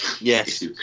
Yes